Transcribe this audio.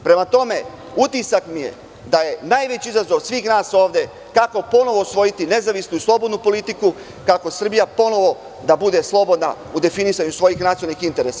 Prema tome, utisak mi je da je najveći izazov svih nas ovde kako ponovo osvojiti nezavisnu i slobodnu politiku, kako Srbija ponovo da bude slobodna u definisanju svojih nacionalnih interesa.